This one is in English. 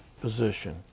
position